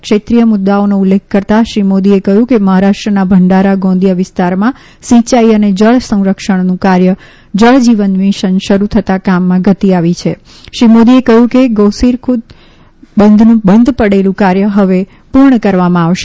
ક્ષેત્રીય મુદ્દાઓનો ઉલ્લેખ કરતાં શ્રી મોદીએ કહ્યું કે મહારાષ્ટ્રના ભંડારા ગોદિયા વિસ્તારમાં સિંયાઈ અને જળ સંરક્ષણનું કાર્ય જળજીવન મિશન શરૂ થતાં કામમાં ગતિ આવી છે શ્રી મોદીએ કહ્યું કે ગોસીખુર્દ બંધનું બંધ પડેલું કાર્ય હવે પૂર્ણ કરવામાં આવશે